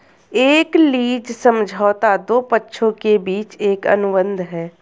एक लीज समझौता दो पक्षों के बीच एक अनुबंध है